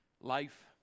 life